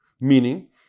meaning